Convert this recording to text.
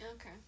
okay